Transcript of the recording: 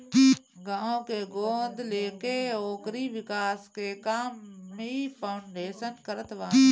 गांव के गोद लेके ओकरी विकास के काम भी फाउंडेशन करत बाने